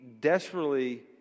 desperately